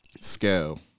scale